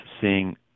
seeing